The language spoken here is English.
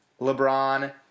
LeBron